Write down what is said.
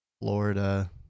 Florida